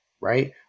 right